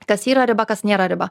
kas yra riba kas nėra riba